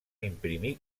imprimir